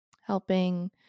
helping